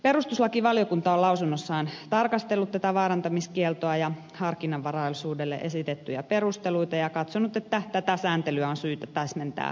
perustuslakivaliokunta on lausunnossaan tarkastellut tätä vaarantamiskieltoa ja harkinnanvaraisuudelle esitettyjä perusteluita ja katsonut että tätä sääntelyä on syytä täsmentää perusteluja vastaavasti